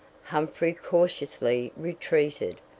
humphrey cautiously retreated,